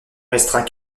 restreint